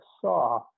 saw